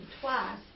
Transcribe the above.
twice